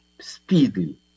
speedily